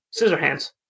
scissorhands